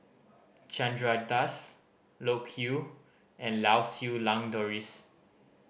Chandra Das Loke Yew and Lau Siew Lang Doris